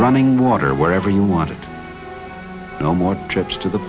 running water wherever you want it no more trips to the